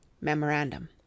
Memorandum